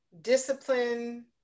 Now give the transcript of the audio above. discipline